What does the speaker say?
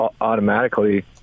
automatically